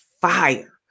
fire